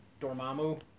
Dormammu